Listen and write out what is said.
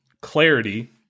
Clarity